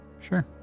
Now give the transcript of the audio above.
Sure